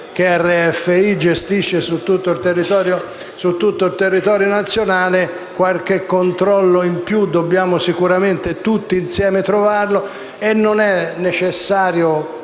che RFI gestisce su tutto il territorio nazionale. Qualche controllo in più dobbiamo sicuramente disporlo, tutti insieme, e non è necessario